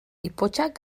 ipotxak